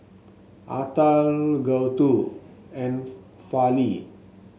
Atal Gouthu and Fali